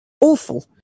Awful